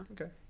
Okay